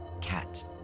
cat